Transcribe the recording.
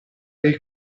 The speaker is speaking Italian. dei